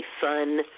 fun